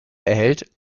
erhält